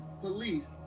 police